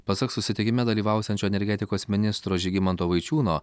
pasak susitikime dalyvausiančio energetikos ministro žygimanto vaičiūno